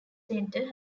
center